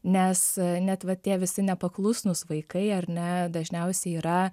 nes net va tie visi nepaklusnūs vaikai ar ne dažniausiai yra